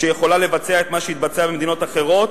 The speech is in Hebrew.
שיכולה לבצע את מה שהתבצע במדינות אחרות,